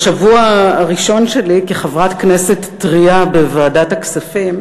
בשבוע הראשון שלי כחברת כנסת טרייה בוועדת הכספים,